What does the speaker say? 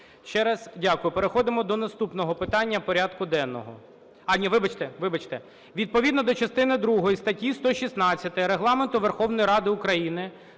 Ще раз дякую. Переходимо до наступного питання порядку денного. А, ні, вибачте. Вибачте. Відповідно до частини другої статті 116 Регламенту Верховної Ради України